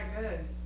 good